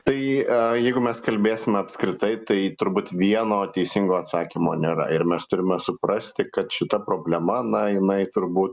tai jeigu mes kalbėsim apskritai tai turbūt vieno teisingo atsakymo nėra ir mes turime suprasti kad šita problema na jinai turbūt